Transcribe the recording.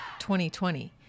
2020